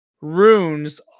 runes